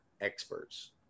experts